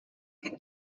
can